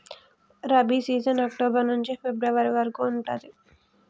rabi season October నుంచి February వరకు ఉంటది